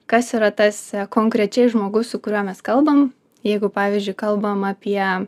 kas yra tas konkrečiai žmogus su kuriuo mes kalbam jeigu pavyzdžiui kalbam apie